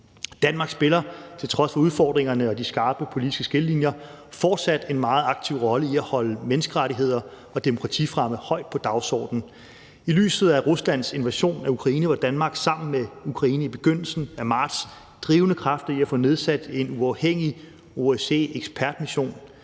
Danmark spiller til trods for udfordringerne og de skarpe politiske skillelinjer fortsat en meget aktiv rolle i at holde menneskerettigheder og demokratifremme højt på dagsordenen. I lyset af Ruslands invasion af Ukraine var Danmark sammen med Ukraine i begyndelsen af marts en drivende kraft i at få nedsat en uafhængig OSCE-ekspertmission,